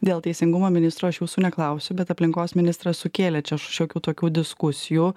dėl teisingumo ministro aš jūsų neklausiu bet aplinkos ministras sukėlė čia šiokių tokių diskusijų